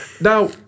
Now